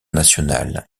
national